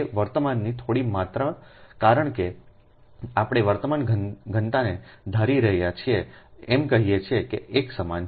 વર્તમાનની થોડી માત્રા કારણ કે આપણે વર્તમાન ઘનતાને ધારી રહ્યા છીએ એમ કહીએ કે તે એક સમાન છે